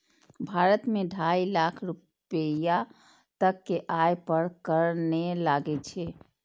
भारत मे ढाइ लाख रुपैया तक के आय पर कर नै लागै छै